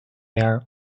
air